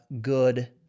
good